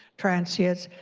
transients,